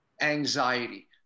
anxiety